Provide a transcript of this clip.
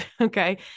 Okay